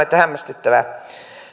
että hämmästyttävää